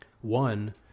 one